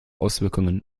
auswirkungen